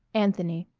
anthony